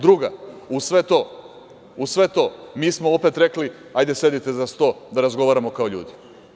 Druga, uz sve to mi smo opet rekli – hajde sedite za sto da razgovaramo kao ljudi.